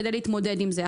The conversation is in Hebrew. כדי להתמודד עם זה.